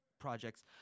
projects